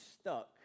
stuck